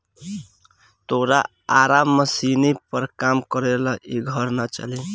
तोरा आरा मशीनी पर काम कईला से इ घर ना चली